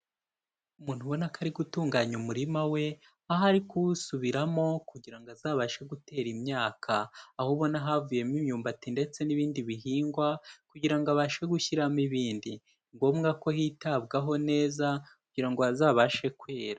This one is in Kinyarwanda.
Umuntu ubona ko ari gutunganya umurima we, aho ari kuwusubiramo kugira ngo azabashe gutera imyaka. Aho ubona havuyemo imyumbati ndetse n'ibindi bihingwa kugira abashe gushyiramo ibindi, ni ngombwa ko hitabwaho neza kugira ngo hazabashe kwera.